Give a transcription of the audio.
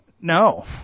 No